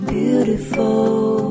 beautiful